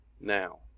now